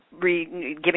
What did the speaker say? giving